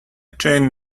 chain